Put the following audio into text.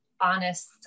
honest